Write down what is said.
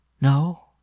No